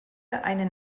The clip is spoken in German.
einen